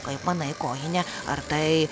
kaip manai kojine ar tai